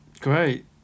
Great